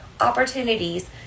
opportunities